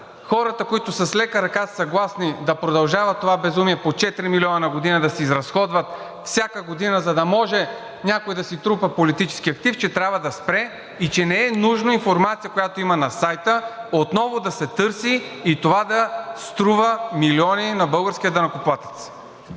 хората, които с лека ръка са съгласни да продължава това безумие – по 4 милиона да се изразходват всяка година, за да може някой да си трупа политически актив, че трябва да спре и че не е нужна информация, която я има на сайта, отново да се търси и това да струва милиони на българския данъкоплатец.